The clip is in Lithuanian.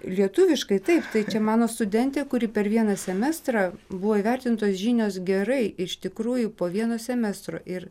lietuviškai taip tai čia mano studentė kuri per vieną semestrą buvo įvertintos žinios gerai iš tikrųjų po vieno semestro ir